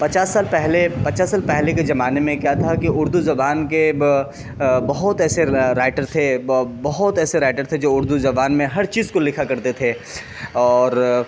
پچاس سال پہلے پچاس سال پہلے کے زمانے میں کیا تھا کہ اردو زبان کے بہت ایسے رائٹر تھے بہت ایسے رائٹر تھے جو اردو زبان میں ہر چیز کو لکھا کرتے تھے اور